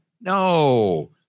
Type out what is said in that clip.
No